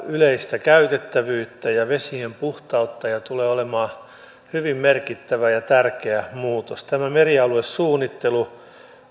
yleistä käytettävyyttä ja vesien puhtautta ja tulee olemaan hyvin merkittävä ja tärkeä muutos tämä merialuesuunnittelu